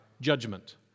judgment